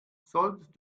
solltest